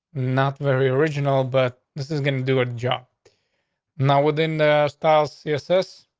not very original, but this is going to do a job now within the style css.